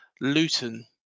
Luton